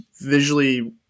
visually